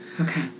Okay